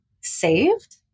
saved